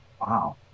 Wow